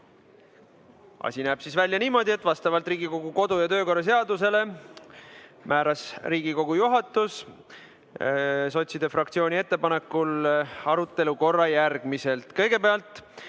Asi näeb välja niimoodi, et vastavalt Riigikogu kodu- ja töökorra seadusele määras Riigikogu juhatus sotside fraktsiooni ettepanekul arutelu korra järgmiselt. Kõigepealt